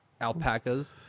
Alpacas